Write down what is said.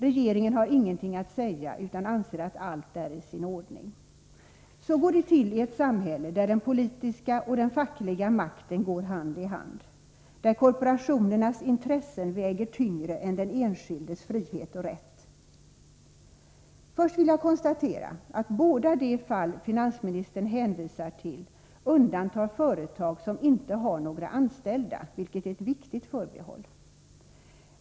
Regeringen har ingenting att säga utan anser att allt är i sin ordning. Så blir det i ett samhälle där den politiska och den fackliga makten går hand i hand, där korporationernas intressen väger tyngre än den enskildes frihet och rätt. Herr talman! Först vill jag konstatera att båda de fall finansministern hänvisar till undantar företag som inte har några anställda, vilket är ett viktigt förbehåll.